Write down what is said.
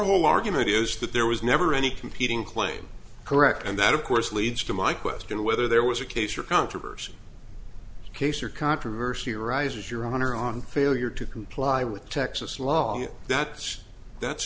whole argument is that there was never any competing claim correct and that of course leads to my question whether there was a case or controversy case or controversy arises your honor on failure to comply with texas law that's that's